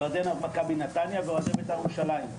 אוהדי מכבי נתניה ואוהדי בית"ר ירושלים.